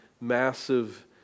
massive